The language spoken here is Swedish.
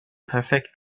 perfekt